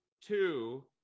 Two